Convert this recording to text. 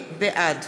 בעד